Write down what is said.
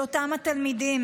של אותם התלמידים.